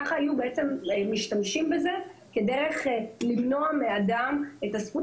כך היו משתמשים בזה כדרך למנוע מאדם את הזכות